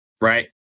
right